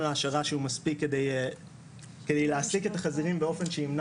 העשרה שהוא מספיק כדי להעסיק את החזירים באופן שימנע